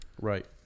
Right